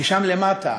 / כי שם למטה,